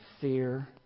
fear